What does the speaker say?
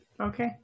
Okay